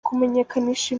kumenyekanisha